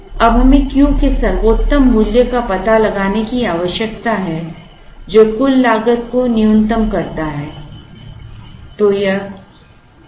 अब हमें Q के सर्वोत्तम मूल्य का पता लगाने की आवश्यकता है जो कुल लागत को न्यूनतम करता है